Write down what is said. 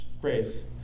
grace